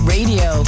Radio